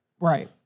right